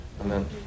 Amen